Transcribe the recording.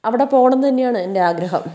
അവിടെ പോകണം എന്നുതന്നെയാണ് എന്റെ ആഗ്രഹം